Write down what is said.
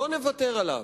לא נוותר עליו.